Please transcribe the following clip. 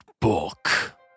book